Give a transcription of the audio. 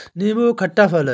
नीबू एक खट्टा फल है